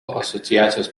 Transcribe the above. asociacijos